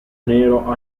nero